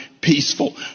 peaceful